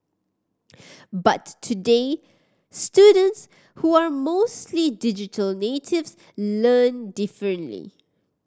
but today students who are mostly digital natives learn differently